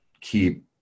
keep